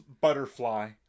butterfly